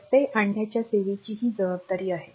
व्यत्यय आणण्याच्या सेवेची ही जबाबदारी आहे